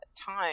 time